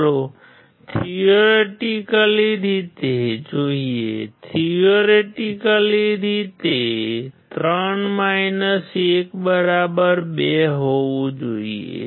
ચાલો થેઓરેટિકેલી રીતે જોઈએથેઓરેટિકેલી રીતે 3 1 2 હોવું જોઈએ